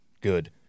good